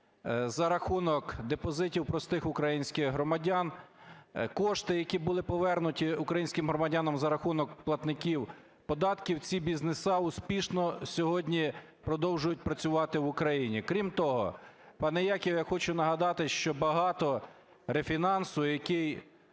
за рахунок депозитів простих українських громадян, кошти, які були повернуті українським громадянам за рахунок платників податків, ці бізнеси успішно сьогодні продовжують працювати в Україні. Крім того, пане Яків, я хочу нагадати, що багато рефінансу, який